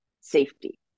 safety